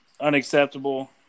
unacceptable